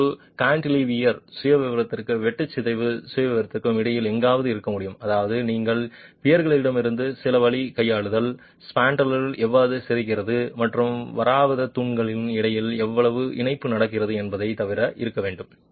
இது ஒரு கான்டிலீவர் சுயவிவரத்திற்கும் வெட்டு சிதைவு சுயவிவரத்திற்கும் இடையில் எங்காவது இருக்க முடியும் அதாவது நீங்கள் பியர்களிடமிருந்து சில வழி கையாளுதல் ஸ்பான்ட்ரல் எவ்வளவு சிதைக்கிறது மற்றும் வாராவதித் தூண்களுக்கு இடையில் எவ்வளவு இணைப்பு நடக்கிறது என்பதைத் தவிர இருக்க வேண்டும்